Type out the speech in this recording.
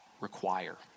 require